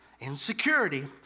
insecurity